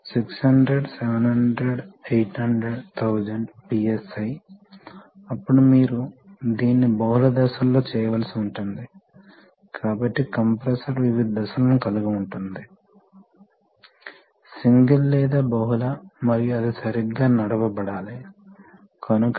కాబట్టి స్థిరమైన కరెంటు నుండి ఫోర్స్ రేషియో ప్రవాహాన్ని కలిగి ఉంటుంది కాబట్టి ఫోర్స్ ని నియంత్రించాలనుకుంటే అది కరెంటు నియంత్రించడానికి సమానం